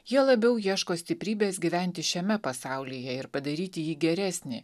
jie labiau ieško stiprybės gyventi šiame pasaulyje ir padaryti jį geresnį